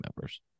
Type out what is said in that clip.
members